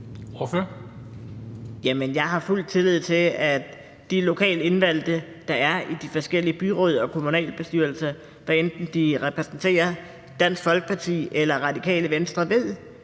Jeg har fuld tillid til, at de lokalt indvalgte, der er i de forskellige byråd og kommunalbestyrelser, hvad enten de repræsenterer Dansk Folkeparti eller Radikale Venstre, ved,